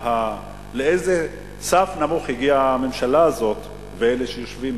לאיזה סף נמוך הגיעו הממשלה הזאת ואלה שיושבים